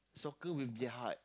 soccer with their heart